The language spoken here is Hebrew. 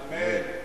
אמן.